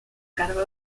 cargo